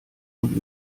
und